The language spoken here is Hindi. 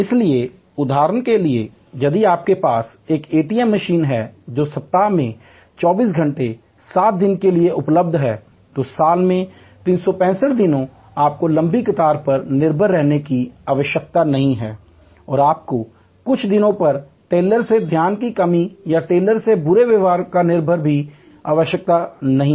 इसलिए उदाहरण के लिए यदि आपके पास एक एटीएम मशीन है जो सप्ताह में 24 घंटे 7 दिन के लिए उपलब्ध है तो साल में ३६५ दिन आपको लंबी कतारों पर निर्भर रहने की आवश्यकता नहीं है आपको कुछ दिनों पर टेलर से ध्यान की कमी या टेलर से बुरे व्यवहार पर निर्भर रहने की आवश्यकता नहीं है